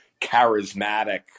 charismatic